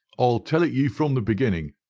i'll tell it ye from the beginning,